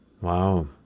Wow